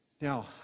Now